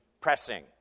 pressing